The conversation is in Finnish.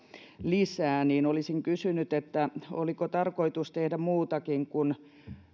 lisää olisin kysynyt oliko tarkoitus tehdä muutakin kuin